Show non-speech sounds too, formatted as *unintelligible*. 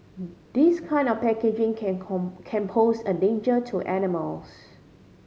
this kind of packaging can *unintelligible* can pose a danger to animals